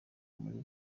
muri